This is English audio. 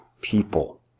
people